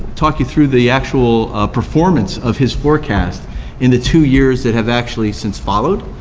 talk you through the actual performance of his forecast in the two years that have actually since followed.